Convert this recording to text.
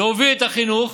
להוביל את החינוך,